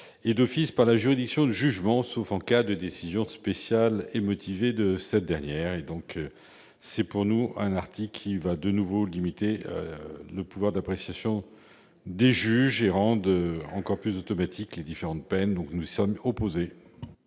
d'office par la juridiction de jugement, sauf en cas de décision spéciale et motivée de sa dernière. Selon nous, cet article limitera de nouveau le pouvoir d'appréciation des juges et rendra encore plus automatiques les différentes peines, ce à quoi nous sommes opposés.